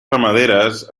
ramaderes